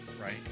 right